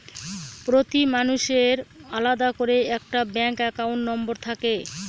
প্রতি মানুষের আলাদা করে একটা ব্যাঙ্ক একাউন্ট নম্বর থাকে